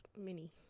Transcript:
mini